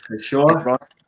Sure